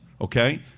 okay